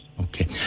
Okay